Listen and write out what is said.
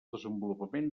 desenvolupament